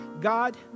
God